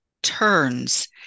turns